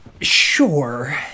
sure